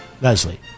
Leslie